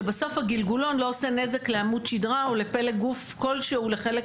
שבסוף הגלגלון לא עושה נזק לעמוד שדרה או לפלג גוף כלשהו לחלק,